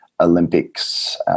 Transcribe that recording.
Olympics